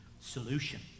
solution